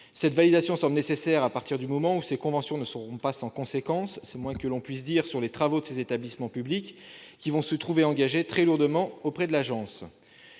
Cette validation semble nécessaire dès lors que ces conventions ne seront pas sans conséquences- c'est le moins qu'on puisse dire -sur les travaux de ces établissements publics, lesquels se trouveront engagés très lourdement auprès de l'agence.